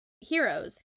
heroes